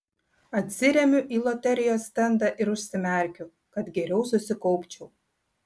atsiremiu į loterijos stendą ir užsimerkiu kad geriau susikaupčiau